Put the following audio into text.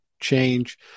change